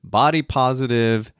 body-positive